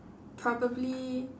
probably